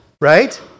right